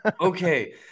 okay